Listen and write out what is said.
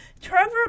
Trevor